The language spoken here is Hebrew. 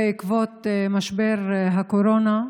בעקבות משבר הקורונה,